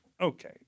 Okay